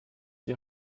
die